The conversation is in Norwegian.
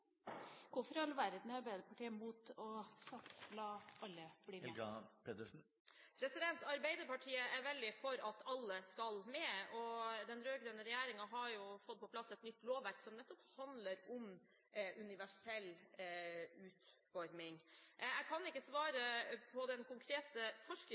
Hvorfor i all verden er Arbeiderpartiet imot å la alle bli med? Arbeiderpartiet er veldig for at alle skal med, og den rød-grønne regjeringen har jo fått på plass et nytt lovverk som nettopp handler om universell utforming. Jeg kan ikke